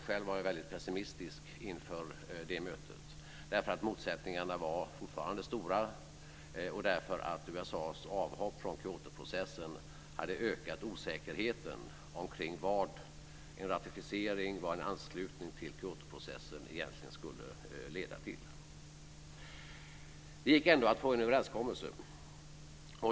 Själv var jag väldigt pessimistisk inför det mötet eftersom motsättningarna fortfarande var stora och eftersom USA:s avhopp från Kyotoprocessen hade ökat osäkerheten omkring vad en ratificering och en anslutning till Kyotoprocessen egentligen skulle leda till. Det gick ändå att få en överenskommelse.